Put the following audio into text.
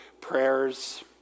prayers